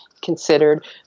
considered